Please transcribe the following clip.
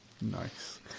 nice